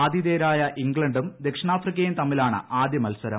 ആതിഥേയരായ ഇംഗ്ലണ്ടും ദക്ഷിണാഫ്രിക്കയും തമ്മിലാണ് ആദ്യ മത്സരം